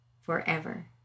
forever